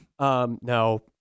No